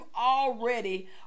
already